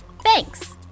Thanks